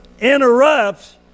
interrupts